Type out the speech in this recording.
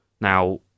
Now